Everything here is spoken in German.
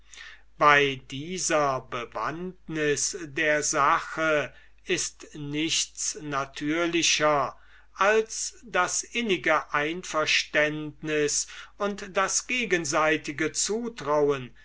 bei dieser bewandtnis der sache ist nichts natürlicher als das innige einverständnis und das gegenseitige zutrauen